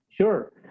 Sure